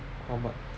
how much